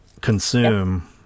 consume